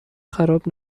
خراب